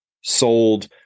sold